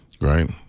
Right